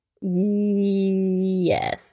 Yes